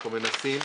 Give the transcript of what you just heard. אנחנו מנסים,